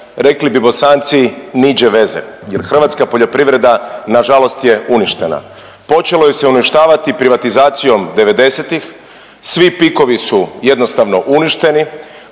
rekli bi Bosanci niđe veze jer hrvatska poljoprivreda nažalost je uništena. Počelo se je uništavati privatizacijom '90.-tih, svi pikovi su jednostavno uništeni,